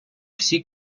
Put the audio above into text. всі